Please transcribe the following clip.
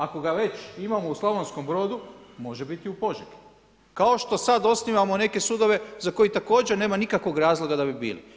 Ako ga već imamo u Slavonskom Brodu, može biti i u Požegi kao što sad osnivamo neke sudove za koje također nema nikakvog razloga da bi bili.